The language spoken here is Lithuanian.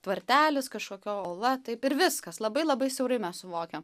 tvartelis kažkokia ola taip ir viskas labai labai siaurai mes suvokiam